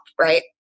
Right